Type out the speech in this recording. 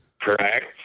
Correct